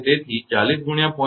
તેથી 40 × 0